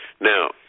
Now